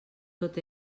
tot